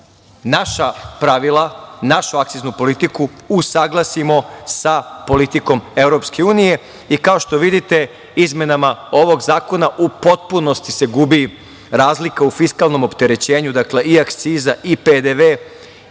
naša pravila, našu akciznu politiku usaglasimo sa politikom EU i kao što vidite izmenama ovog zakona u potpunosti se gubi razlika u fiskalnom opterećenju, dakle i akciza i PDV